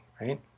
right